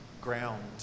ground